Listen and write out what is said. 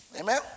Amen